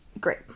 Great